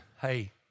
Hey